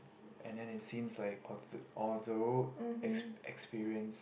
and than it seems like although although ex~ experience